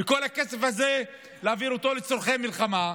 ואת כל הכסף הזה להעביר לצורכי מלחמה.